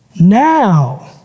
Now